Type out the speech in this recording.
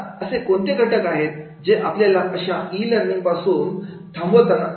आता असे कोणते घटक आहेत जे आपल्याला अशा ई लर्निंग पासून थांब होत असतात